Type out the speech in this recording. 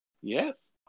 Yes